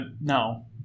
No